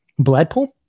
Bledpool